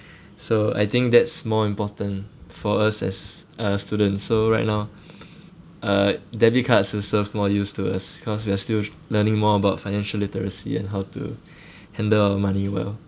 so I think that's more important for us as uh students so right now uh debit cards will serve more use to us because we are still learning more about financial literacy and how to handle our money well